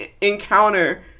encounter